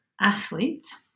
athletes